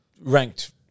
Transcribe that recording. Ranked